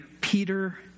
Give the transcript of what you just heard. Peter